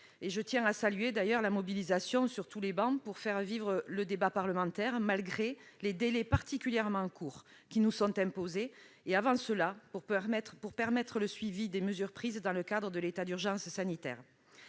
je tiens à saluer la mobilisation qui s'est manifestée sur toutes les travées, pour faire vivre le débat parlementaire malgré les délais particulièrement courts qui nous sont imposés et, en amont, permettre le suivi des mesures prises dans le cadre de l'état d'urgence sanitaire.